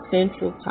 Central